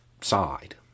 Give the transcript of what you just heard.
side